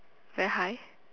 very high